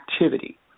activity